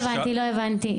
להלן תרגומם: לא הבנתי.